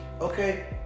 Okay